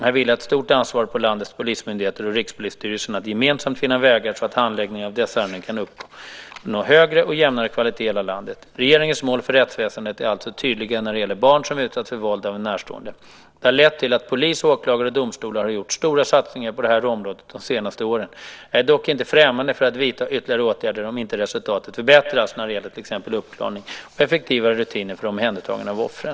Här vilar ett stort ansvar på landets polismyndigheter och Rikspolisstyrelsen att gemensamt finna vägar så att handläggningen av dessa ärenden kan uppnå högre och jämnare kvalitet i hela landet. Regeringens mål för rättsväsendet är alltså tydliga när det gäller barn som utsatts för våld av en närstående. Det har lett till att polis, åklagare och domstolar har gjort stora satsningar på det här området de senaste åren. Jag är dock inte främmande för att vidta ytterligare åtgärder om inte resultatet förbättras när det gäller till exempel uppklaring och effektivare rutiner för omhändertagande av offren.